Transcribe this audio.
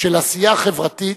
של עשייה חברתית,